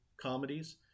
comedies